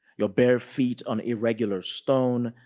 your barefeet on irregular stone,